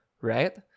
right